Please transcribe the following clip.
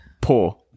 poor